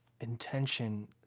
Intention